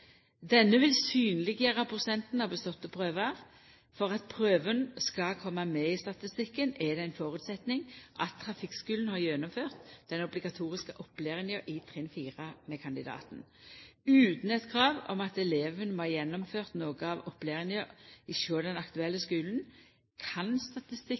Denne vil synleggjera prosenten av beståtte prøvar. For at prøven skal koma med i statistikken, er det ein føresetnad at trafikkskulen har gjennomført den obligatoriske opplæringa i trinn 4 med kandidaten. Utan eit krav om at eleven må ha gjennomført noko av opplæringa hos den aktuelle skulen, kan